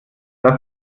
dass